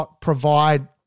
provide